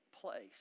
place